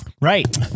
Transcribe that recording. Right